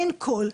אין קול,